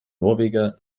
norweger